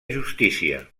justícia